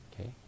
Okay